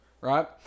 Right